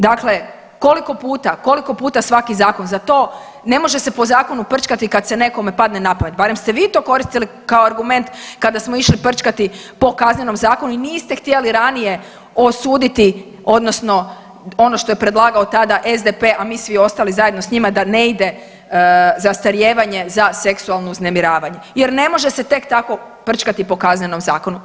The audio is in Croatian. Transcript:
Dakle, koliko puta, koliko puta svaki zakon za to, ne može se po zakonu prčkati kad se nekome padne na pamet, barem ste vi to koristili kao argument kada smo išli prčkati po Kaznenom zakonu i niste htjeli ranije osuditi odnosno ono što je predlagao tada SDP, a mi svi ostali zajedno s njima da ne ide zastarijevanje za seksualno uznemiravanje jer ne može se tek tako prčkati po Kaznenom zakonu.